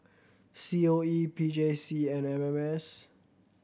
C O E P J C and M M S